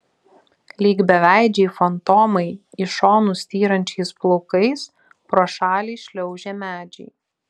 lyg beveidžiai fantomai į šonus styrančiais plaukais pro šalį šliaužė medžiai